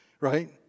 right